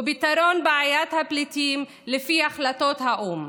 ופתרון בעיית הפליטים לפי החלטות האו"ם.